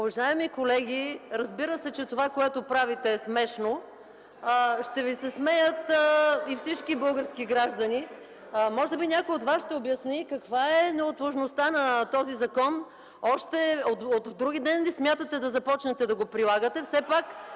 Уважаеми колеги, разбира се, че това, което правите, е смешно. Ще Ви се смеят и всички български граждани. Може би някой от Вас ще обясни каква е неотложността на този закон. Още от вдругиден ли смятате да започнете да го прилагате?